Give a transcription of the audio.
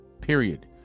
period